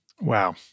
Wow